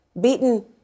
beaten